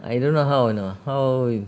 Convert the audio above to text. I don't know how you know how you